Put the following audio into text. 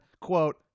quote